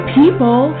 people